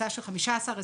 קבוצה של חמישה עשר,